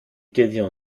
gédéon